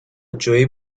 جویی